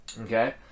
okay